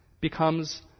becomes